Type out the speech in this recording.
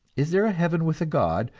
is there a heaven with a god,